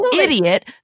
idiot